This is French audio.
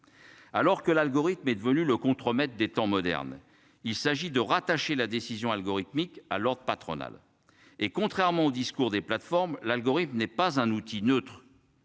Alors que l'algorithme est devenu le contremaître des temps modernes. Il s'agit de rattacher la décision algorithmique à Lourdes patronale et, contrairement aux discours des plateformes l'algorithme n'est pas un outil neutre.